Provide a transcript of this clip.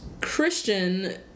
Christian